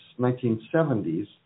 1970s